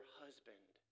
husband